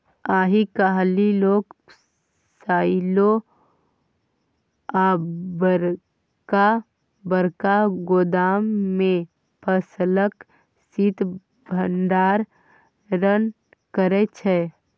आइ काल्हि लोक साइलो आ बरका बरका गोदाम मे फसलक शीत भंडारण करै छै